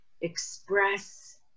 express